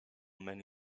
many